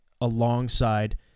alongside